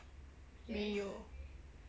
没有